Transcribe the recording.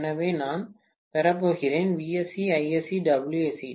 எனவே நான் பெறப்போகிறேன் Vsc Isc Wsc